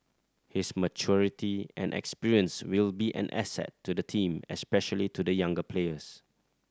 his maturity and experience will be an asset to the team especially to the younger players